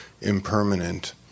impermanent